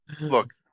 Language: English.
Look